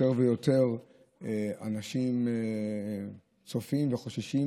יותר ויותר אנשים צופים וחוששים